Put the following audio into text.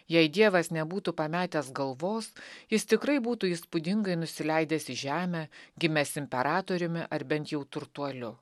jei dievas nebūtų pametęs galvos jis tikrai būtų įspūdingai nusileidęs į žemę gimęs imperatoriumi ar bent jau turtuoliu